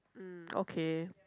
mm okay